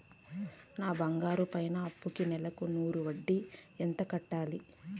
బంగారం పైన అప్పుకి నెలకు నూరు వడ్డీ ఎంత కట్టాలి?